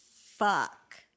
fuck